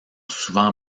souvent